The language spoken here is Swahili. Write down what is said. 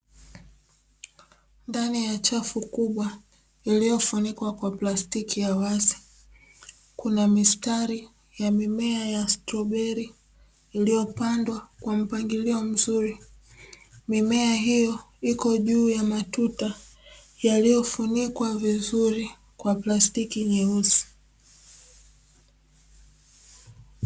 Ndani ya chafu kubwa iliyofunikwa kwa plastiki ya wazi, kuna mistari ya mimea ya stroberi, iliyopandwa kwa mpangilio mzuri. Mimea hiyo iko juu ya matuta yaliyofunikwa vizuri kwa plastiki nyeusi.